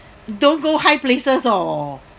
don't go high places orh